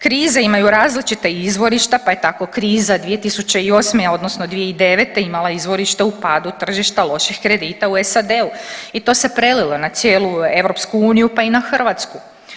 Krize imaju različita izvorišta, pa je tako kriza 2008. odnosno 2009. imala izvorište u padu tržišta loših kredita u SAD-u i to se prelilo na cijelu EU pa i na Hrvatsku.